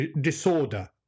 disorder